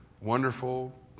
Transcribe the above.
Wonderful